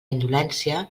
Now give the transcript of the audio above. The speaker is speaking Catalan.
indolència